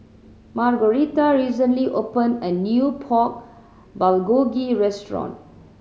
Margaretha recently opened a new Pork Bulgogi Restaurant